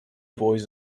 boys